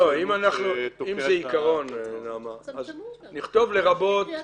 נעמה, אם זה העיקרון, אז נכתוב "לרבות".